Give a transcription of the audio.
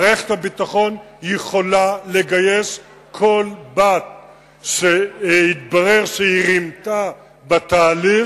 מערכת הביטחון יכולה לגייס מייד כל בת שיתברר שרימתה בתהליך,